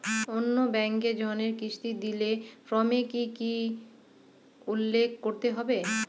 অন্য ব্যাঙ্কে ঋণের কিস্তি দিলে ফর্মে কি কী উল্লেখ করতে হবে?